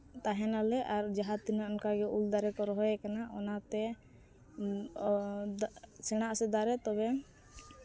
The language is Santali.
ᱛᱟᱦᱮᱱᱟᱞᱮ ᱟᱨ ᱡᱟᱦᱟᱸ ᱛᱤᱱᱟᱹᱜ ᱚᱱᱠᱟᱜᱮ ᱩᱞ ᱫᱟᱨᱮ ᱠᱚ ᱨᱚᱦᱚᱭ ᱠᱟᱱᱟ ᱚᱱᱟᱛᱮ ᱥᱮᱬᱟᱜ ᱟᱥᱮ ᱫᱟᱨᱮ ᱛᱚᱵᱮ